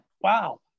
Wow